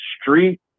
street